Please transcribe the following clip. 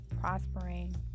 prospering